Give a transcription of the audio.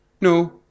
No